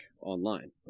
online